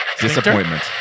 Disappointment